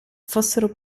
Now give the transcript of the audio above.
fossero